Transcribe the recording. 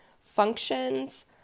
functions